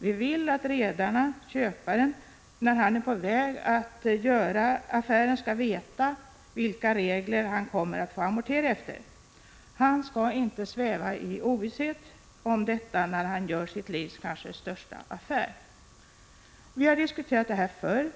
Vi vill att redaren, köparen, när han är på väg att göra affären, skall veta vilka regler han kommer att få amortera efter. Han skall inte sväva i ovisshet om detta, när han gör sitt livs kanske största affär. Vi har diskuterat det här förr.